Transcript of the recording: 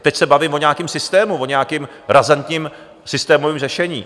Teď se bavím o nějakém systému, o nějakém razantním systémovém řešení.